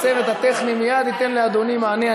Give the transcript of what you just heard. הצוות הטכני מייד ייתן לאדוני מענה.